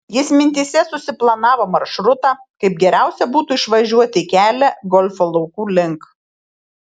jis mintyse susiplanavo maršrutą kaip geriausia būtų išvažiuoti į kelią golfo laukų link